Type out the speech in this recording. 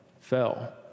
fell